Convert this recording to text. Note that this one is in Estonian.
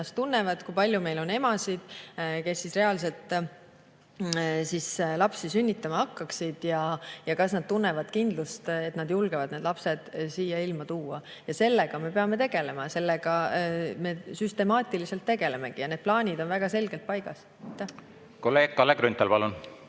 ennast tunnevad, kui palju meil on emasid, kes reaalselt lapsi sünnitama hakkaksid, ja kas nad tunnevad kindlust, et nad julgevad need lapsed siia ilma tuua. Sellega me peame tegelema ja sellega me süstemaatiliselt tegelemegi. Need plaanid on väga selgelt paigas. Kolleeg Kalle Grünthal,